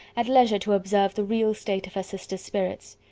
at leisure to observe the real state of her sister's spirits.